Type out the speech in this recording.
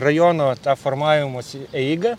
rajono tą formavimosi eigą